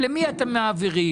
למי אתם מעבירים.